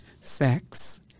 sex